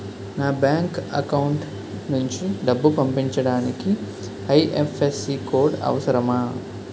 నా bank account నుంచి డబ్బు పంపించడానికి ఐ.ఎఫ్.ఎస్.సి కోడ్ అవసరమా?